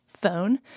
phone